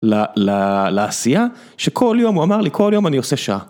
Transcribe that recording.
ל... לעשייה שכל יום הוא אמר לי, כל יום אני עושה שעה.